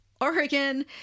Oregon